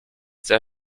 der